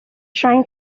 trying